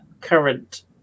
current